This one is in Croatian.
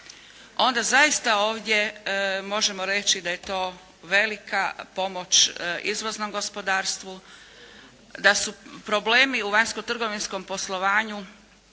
onda zaista ovdje možemo reći da je to velika pomoć izvoznom gospodarstvu, da su problemi u vanjsko trgovinskom poslovanju